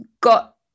got